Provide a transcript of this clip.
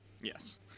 Yes